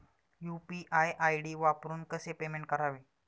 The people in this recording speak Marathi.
यु.पी.आय आय.डी वापरून कसे पेमेंट करावे?